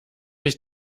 ich